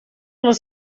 les